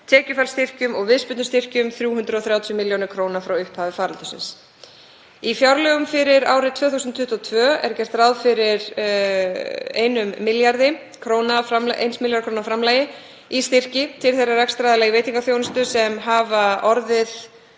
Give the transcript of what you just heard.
tekjufallsstyrkjum og viðspyrnustyrkjum, 330 millj. kr. frá upphafi faraldursins. Í fjárlögum fyrir árið 2022 er gert ráð fyrir 1 milljarðs króna framlagi í styrki til þeirra rekstraraðila í veitingaþjónustu sem hafa orðið